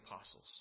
apostles